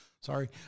sorry